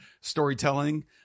storytelling